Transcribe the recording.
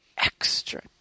Extra